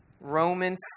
Romans